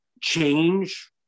change